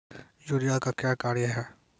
Urea का क्या कार्य हैं?